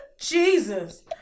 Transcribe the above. Jesus